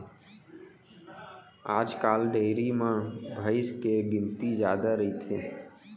आजकाल डेयरी म भईंस के गिनती जादा रइथे